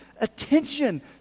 attention